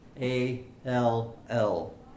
A-L-L